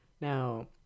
Now